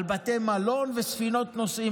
על בתי מלון וספינת נוסעים.